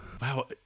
Wow